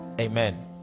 Amen